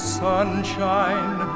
sunshine